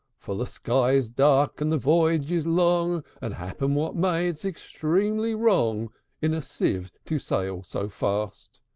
for the sky is dark, and the voyage is long and, happen what may, it's extremely wrong in a sieve to sail so fast.